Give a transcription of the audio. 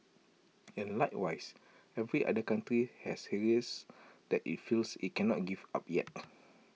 and likewise every other country has areas that IT feels IT cannot give up yet